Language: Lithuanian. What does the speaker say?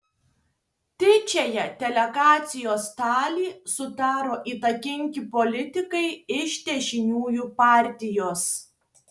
didžiąją delegacijos dalį sudaro įtakingi politikai iš dešiniųjų partijos